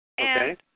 Okay